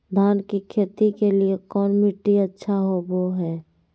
धान की खेती के लिए कौन मिट्टी अच्छा होबो है?